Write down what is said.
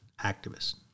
activists